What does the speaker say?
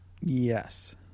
Yes